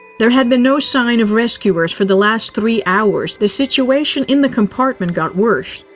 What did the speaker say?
there had been no sign of rescuers for the last three hours. the situation in the compartment got worse.